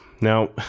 Now